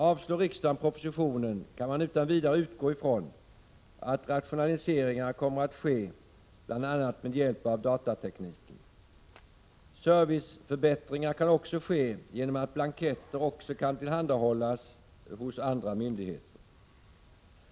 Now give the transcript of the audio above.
Avslår riksdagen propositionen kan man utan vidare utgå ifrån att rationaliseringar kommer att ske bl.a. med hjälp av datatekniken. Serviceförbättringar kan också ske genom att blanketter också tillhandahållas även av andra myndigheter.